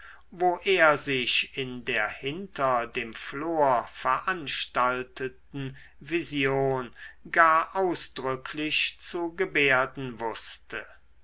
wo er sich in der hinter dem flor veranstalteten vision gar ausdrücklich zu gebärden wußte